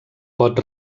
pot